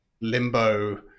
limbo